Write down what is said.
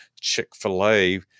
Chick-fil-A